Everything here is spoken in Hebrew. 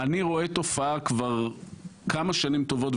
אני רואה תופעה כבר כמה שנים טובות,